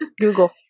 Google